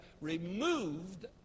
removed